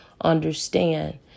understand